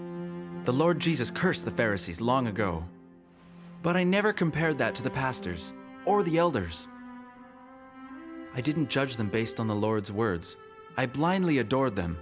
the lord jesus cursed the farriss long ago but i never compare that to the pastors or the elders i didn't judge them based on the lord's words i blindly adore them